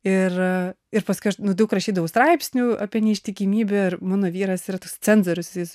ir ir paskui aš nu daug rašydavau straipsnių apie neištikimybę ir mano vyras yra tas cenzorius jis